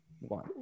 One